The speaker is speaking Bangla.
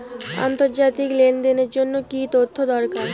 আন্তর্জাতিক লেনদেনের জন্য কি কি তথ্য দরকার?